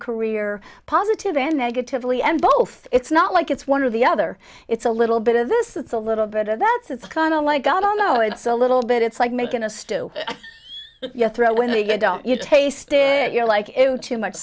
career positive and negatively and both it's not like it's one of the other it's a little bit of this it's a little bit of that's it's kind of like i don't know it's a little bit it's like making a stew your throat when they don't you taste it you're like too much